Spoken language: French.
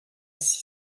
six